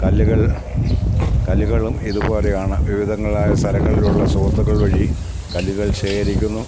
കല്ലുകൾ കല്ലുകളും ഇതുപോലെയാണ് വിവിധങ്ങളായ സ്ഥലങ്ങളിലുള്ള സുഹൃത്തുക്കൾ വഴി കല്ലുകൾ ശേഖരിക്കുന്നു